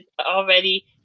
already